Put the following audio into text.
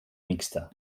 mixta